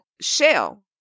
Shell